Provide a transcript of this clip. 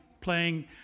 playing